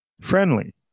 friendly